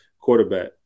quarterback